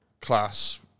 class